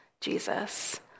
Jesus